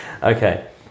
Okay